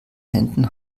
händen